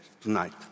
tonight